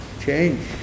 change